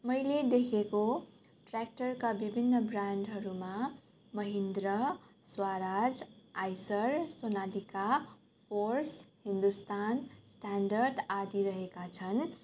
मैले देखेको ट्य्राक्टरका विभिन्न ब्रान्डहरूमा महिन्द्र स्वराज आइसर सोनालिका फोर्स हिन्दुस्थान स्टैन्डर्ड आदि रहेका छन्